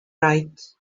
right